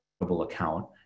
account